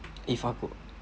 if aku